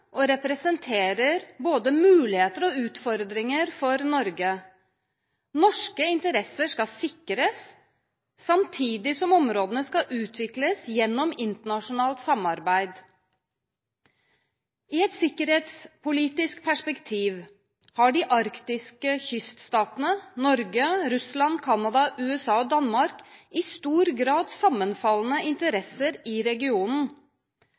og representerer både muligheter og utfordringer for Norge. Norske interesser skal sikres, samtidig som områdene skal utvikles gjennom internasjonalt samarbeid. I et sikkerhetspolitisk perspektiv har de arktiske kyststatene – Norge, Russland, Canada, USA og Danmark – i stor grad sammenfallende interesser i regionen.